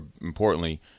importantly